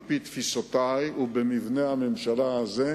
על-פי תפיסותי ובמבנה הממשלה הזה,